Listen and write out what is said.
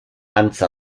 antza